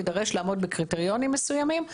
יידרש לעמוד בקריטריונים מסוימים,